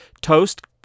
Toast